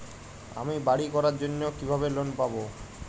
আমি বাড়ি করার জন্য কিভাবে লোন পাব?